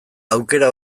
aukera